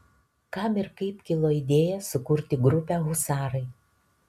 kam ir kaip kilo idėja sukurti grupę husarai